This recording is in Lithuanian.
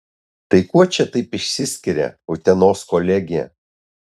tai kuo čia taip išsiskiria utenos kolegija